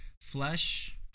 flesh